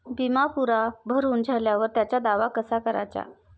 बिमा पुरा भरून झाल्यावर त्याचा दावा कसा कराचा?